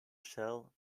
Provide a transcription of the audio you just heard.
shell